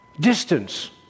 Distance